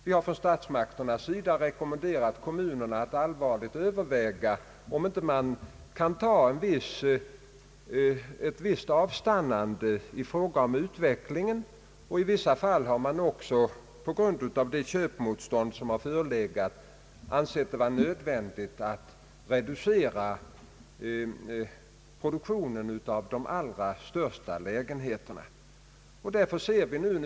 Vi har från statsmakternas sida rekommenderat kommunerna att allvarligt överväga om inte utvecklingen kan dämpas i viss utsträckning. I en del fall har det också, på grund av det köpmotstånd som förelegat, ansetts nödvändigt att reducera produktionen av de allra största lägenheterna.